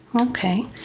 Okay